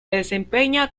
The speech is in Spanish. desempeña